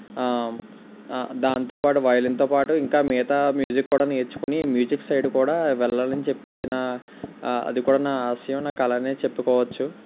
దానితోపాటు వైలెన్తో పాటు ఇంకా మిగతా మ్యూజిక్ కూడా నేర్చుకుని మ్యూజిక్ సైడ్ కూడా వెళ్ళాలని చెప్పి అది నా అది కూడా నా ఆశయం నా కలనే చెప్పుకోవచ్చు